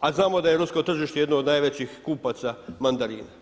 a znamo da je rusko tržište jedno od najvećih kupaca mandarina.